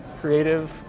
Creative